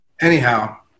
Anyhow